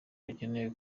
akeneye